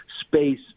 space